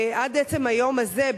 עד עצם היום הזה,